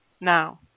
Now